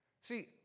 See